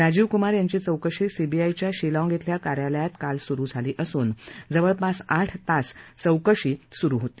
राजीवक्मार यांची चौकशी सीबीआयच्या शिलाँग धिल्या कार्यालयात काल सुरू झाली असून जवळपास आठ तास चौकशी सुरू होती